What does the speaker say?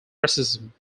racism